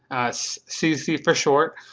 so cc for short.